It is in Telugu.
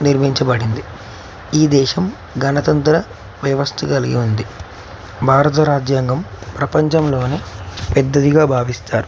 నిర్మించబడింది ఈ దేశం గణతంత్ర వ్యవస్థ కలిగి ఉంది భారత రాజ్యాంగం ప్రపంచంలోనే పెద్దదిగా భావిస్తారు